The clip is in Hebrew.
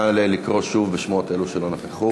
נא לקרוא שוב בשמות אלו שלא נכחו.